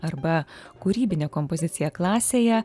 arba kūrybinė kompozicija klasėje